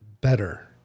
better